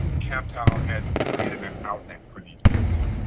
captel has created an an outlet for these people.